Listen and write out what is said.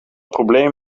probleem